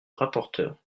rapporteur